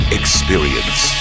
experience